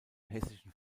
hessischen